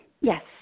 Yes